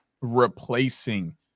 replacing